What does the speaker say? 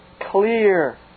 clear